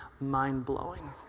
mind-blowing